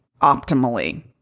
optimally